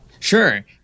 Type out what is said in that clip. Sure